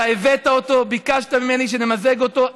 אתה הבאת אותו, ביקשת ממני שנמזג אותו.